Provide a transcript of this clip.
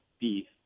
beef